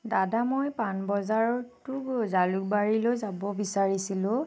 দাদা মই পাণবজাৰত টো জালুকবাৰীলৈ যাব বিচাৰিছিলোঁ